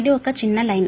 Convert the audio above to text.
ఇది ఒక చిన్న లైన్